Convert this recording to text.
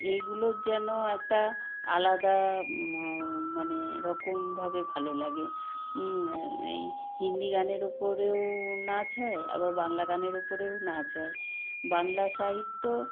এগুলোর যেন একটা আলাদা মানে রকমভাবে ভালো লাগে হিন্দি গানের উপরেও নাচ হয় আবার বাংলা গানের উপরেও নাচ হয় বাংলা সাহিত্য